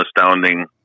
astounding